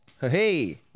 Hey